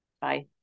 Bye